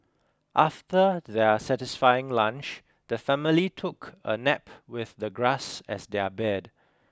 after their satisfying lunch the family took a nap with the grass as their bed